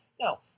Now